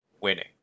winning